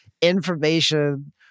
information